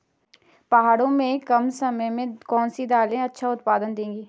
पहाड़ों में कम समय में कौन सी दालें अच्छा उत्पादन देंगी?